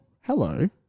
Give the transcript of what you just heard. hello